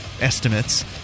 estimates